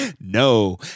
no